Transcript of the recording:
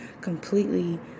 completely